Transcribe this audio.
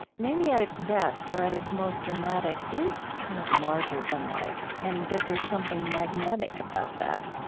maybe at its best or at its most dramatic, is kind of larger than life, and that there is something magnetic about that